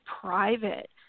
private